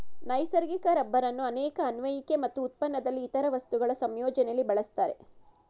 ನೈಸರ್ಗಿಕ ರಬ್ಬರನ್ನು ಅನೇಕ ಅನ್ವಯಿಕೆ ಮತ್ತು ಉತ್ಪನ್ನದಲ್ಲಿ ಇತರ ವಸ್ತುಗಳ ಸಂಯೋಜನೆಲಿ ಬಳಸ್ತಾರೆ